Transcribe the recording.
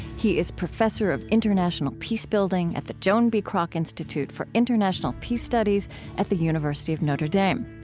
he is professor of international peacebuilding at the joan b. kroc institute for international peace studies at the university of notre dame.